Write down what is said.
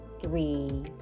three